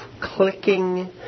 clicking